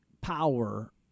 power